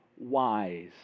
wise